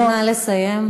נא לסיים.